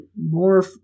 more